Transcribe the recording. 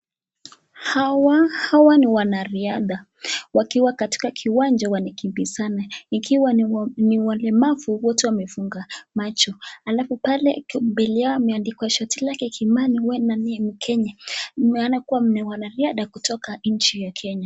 Hawa ni wanariadha, wakiwa katika kiwanja wanakimbizana. Ikiwa ni wa lemavu wote wamefunga macho ,alafu pale mbele yao ameandikwa shati yake Kimani huenda ni Mkeny. Nimeona kua ni wanariadha wa nchi ya Kenya.